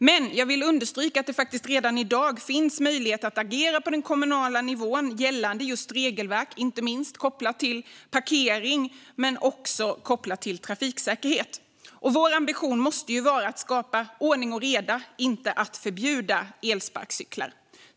Jag vill dock understryka att det redan i dag finns möjligheter att agera på den kommunala nivån gällande regelverk, inte minst avseende parkering och trafiksäkerhet. Vår ambition måste vara att skapa ordning och reda, inte att förbjuda elsparkcyklar.